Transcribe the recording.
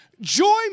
Joy